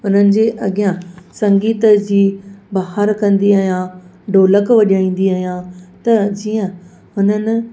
हुननि जे अॻियां संगीत जी बहार कंदी आहियां ढोलक वॼाईंदी आहियां त जीअं हुननि